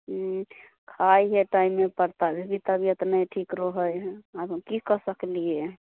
हूँ खाइ है टाइमे पर फिर भी तबियत नहि ठीक रहै है आब हम की कऽ सकलियै